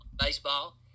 baseball